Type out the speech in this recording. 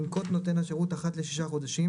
ינקוט נותן השירות, אחת לשישה חודשים,